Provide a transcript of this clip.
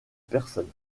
personne